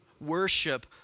Worship